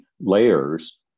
layers